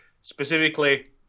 specifically